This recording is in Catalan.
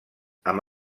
amb